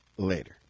later